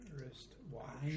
wristwatch